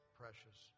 precious